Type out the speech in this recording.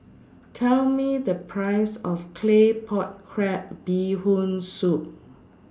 Tell Me The Price of Claypot Crab Bee Hoon Soup